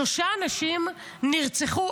שלושה אנשים נרצחו.